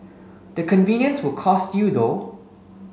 the convenience will cost you though